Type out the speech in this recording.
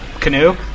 canoe